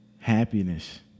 happiness